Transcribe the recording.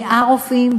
100 רופאים,